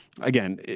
again